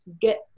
get